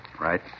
Right